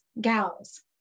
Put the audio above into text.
gals